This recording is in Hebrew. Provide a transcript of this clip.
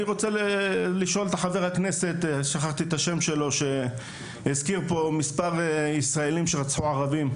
אני רוצה לשאול את חבר הכנסת שהזכיר פה מספר ישראלים שרצחו ערבים.